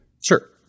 Sure